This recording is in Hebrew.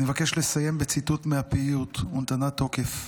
אני מבקש לסיים בציטוט מהפיוט "ונתנה תוקף":